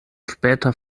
später